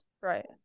Right